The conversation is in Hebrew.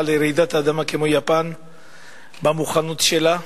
לרעידת אדמה כמו יפן במוכנות שלה,